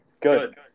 Good